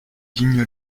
digne